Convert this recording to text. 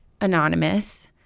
anonymous